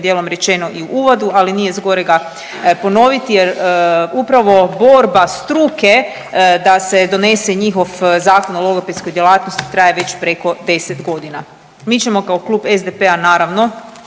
dijelom rečeno i u uvodu, ali nije zgorega ponoviti jer upravo borba struke da se donose njihov Zakon o logopedskoj djelatnosti traje već preko 10 godina. Mi ćemo kao klub SDP-a naravno